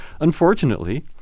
Unfortunately